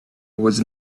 was